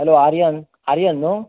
hello Aryan Aryan न्हू